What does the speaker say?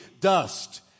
dust